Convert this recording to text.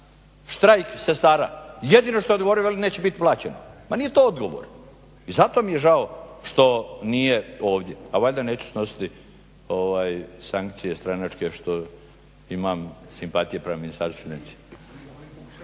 štrajk sestara. Jedino što je odgovorio veli neće biti plaćeno. Pa nije to odgovor. I zato mi je žao što nije ovdje, a valjda neću snositi sankcije stranačke što imam simpatije prema Ministarstvu